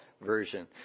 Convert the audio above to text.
version